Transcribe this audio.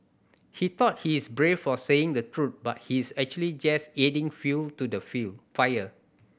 he thought he is brave for saying the truth but he is actually just adding fuel to the fuel fire